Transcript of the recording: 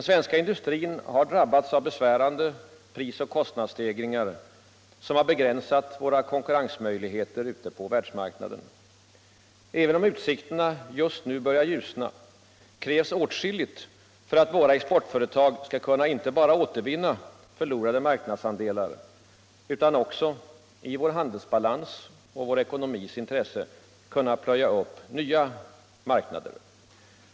Svensk industri har drabbats av besvärande prisoch kostnadsstegringar som begränsat våra konkurrensmöjligheter ute på världsmarknaden. Även om utsikterna just nu börjar ljusna krävs åtskilligt för att våra exportföretag skall kunna inte bara återvinna förlorade marknadsandelar utan också — i vår handelsbalans och vår ekonomis intresse — plöja upp nya marknader.